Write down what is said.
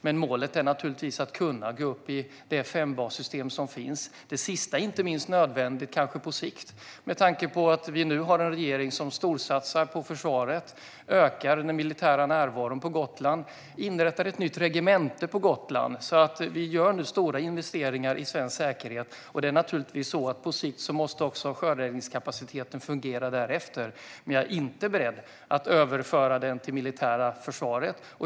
Men målet är naturligtvis att kunna gå upp i det fembassystem som finns. Inte minst det sista kanske är nödvändigt på sikt, med tanke på att vi nu har en regering som storsatsar på försvaret, ökar den militära närvaron på Gotland och inrättar ett nytt regemente där. Vi gör stora investeringar i svensk säkerhet nu. På sikt måste naturligtvis också sjöräddningskapaciteten fungera därefter, men jag är inte beredd att överföra den till det militära försvaret.